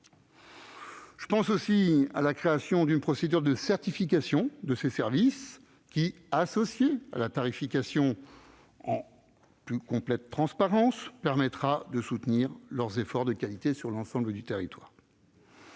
Je pense aussi à la création d'une procédure de certification de ces services, qui, associée à la tarification en plus complète transparence, permettra de soutenir leurs efforts de qualité sur l'ensemble du territoire.